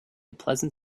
pleasant